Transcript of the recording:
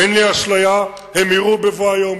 אין לי אשליה, גם הם יירו בבוא היום.